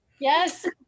Yes